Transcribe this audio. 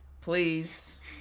please